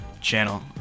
channel